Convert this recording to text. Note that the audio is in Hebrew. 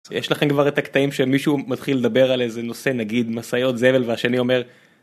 יש לכם כבר את הקטעים שמישהו מתחיל לדבר על איזה נושא נגיד משאיות זבל והשני אומר.